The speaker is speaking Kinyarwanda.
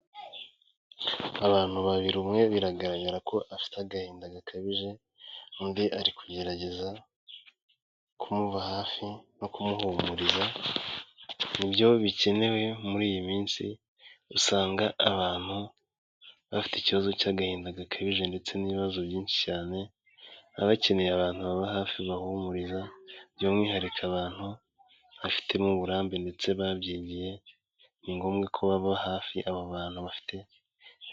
Abantu babiri umwe biragaragara ko afite agahinda gakabije undi ari kugerageza kumuba hafi no kumuhumuriza, nibyo bikenewe muri iyi minsi usanga abantu bafite ikibazo cy'agahinda gakabije, ndetse n'ibibazo byinshi cyane, baba bakeneye abantu bababa hafi babahumuriza by'umwihariko abantu babifitemo uburambe ndetse babyigiye ni ngombwa ko baba hafi aba bantu bafite.